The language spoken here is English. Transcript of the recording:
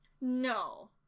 No